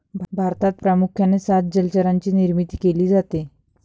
भारतात प्रामुख्याने सात जलचरांची निर्मिती केली जाते